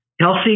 Kelsey